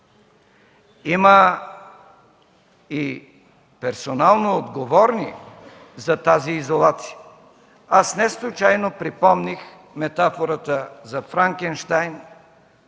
Има и персонално отговорни за тази изолация. Аз неслучайно припомних метафората за Франкенщайн и